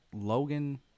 Logan